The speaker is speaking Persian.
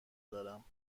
دارم